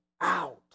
out